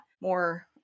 more